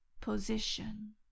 position